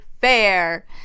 Fair